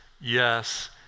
yes